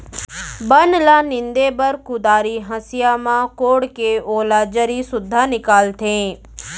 बन ल नींदे बर कुदारी, हँसिया म कोड़के ओला जरी सुद्धा निकालथें